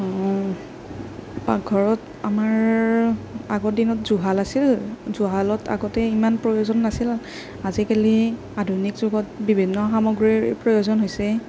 পাকঘৰত আমাৰ আগৰদিনত জুহাল আছিল জুহালত আগতে ইমান প্ৰয়োজন নাছিল আজিকালি আধুনিক যুগত বিভিন্ন সামগ্ৰীৰ প্ৰয়োজন হৈছে